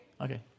Okay